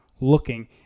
looking